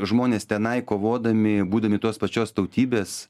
žmonės tenai kovodami būdami tos pačios tautybės